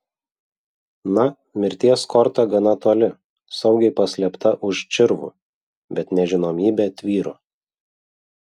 na mirties korta gana toli saugiai paslėpta už čirvų bet nežinomybė tvyro